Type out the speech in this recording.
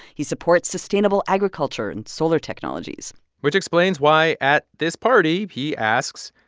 he supports sustainable agriculture and solar technologies which explains why, at this party, he asks,